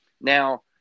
now